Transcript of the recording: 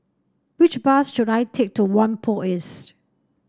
which bus should I take to Whampoa East